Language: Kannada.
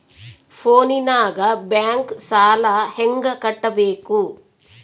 ಫೋನಿನಾಗ ಬ್ಯಾಂಕ್ ಸಾಲ ಹೆಂಗ ಕಟ್ಟಬೇಕು?